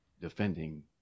defending